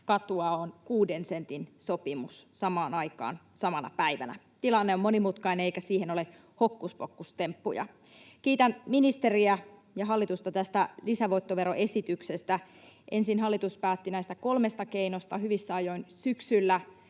katua on 6 sentin sopimus, samaan aikaan samana päivänä. Tilanne on monimutkainen, eikä siihen ole hokkuspokkustemppuja. Kiitän ministeriä ja hallitusta tästä lisävoittoveroesityksestä. Ensin hallitus päätti hyvissä ajoin syksyllä